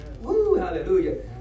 hallelujah